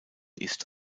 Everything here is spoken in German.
ist